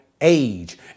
age